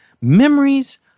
Memories